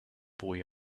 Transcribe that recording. boy